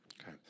Okay